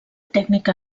tècnica